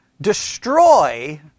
destroy